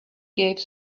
gave